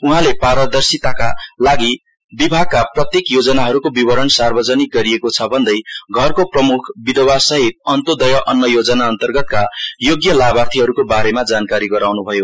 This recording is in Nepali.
उहाँले पारदर्शिताका लागि विभागका प्रत्येक योजनाहरूको विवरण सार्वजनिक गरिएको छ भन्दै घरको प्रम्ख विधवासहित अन्तोदय अन्न योजनाअन्तर्गतका योग्य लाभार्थीहरूको बारेमा जानकारी गराउन्भयो